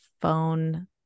phone